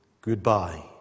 goodbye